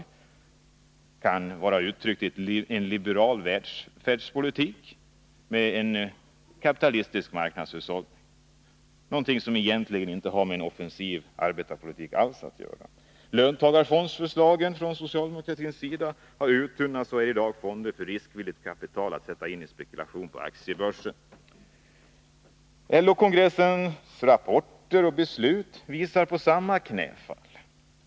Det kan sägas vara uttryck för en liberal välfärdspolitik med en kapitalistisk marknadshushållning, vilket egentligen inte alls har någonting med en offensiv arbetarpolitik att göra. Löntagarfondsförslagen från socialdemokratin har uttunnats och gäller i dag fonder för riskvilligt kapital att sättas in i spekulation på aktiebörsen. LO-kongressens rapporter och beslut visar på samma knäfall.